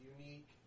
unique